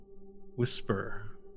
whisper